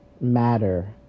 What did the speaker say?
matter